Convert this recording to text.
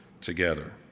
together